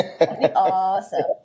Awesome